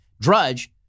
Drudge